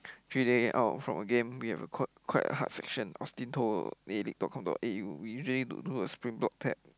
three day out from a game we have quite quite a hard section Austin told A-League dot com dot A_U we usually to do a sprint bolt tap